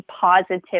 positive